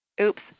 Oops